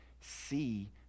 see